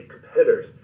competitors